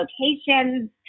locations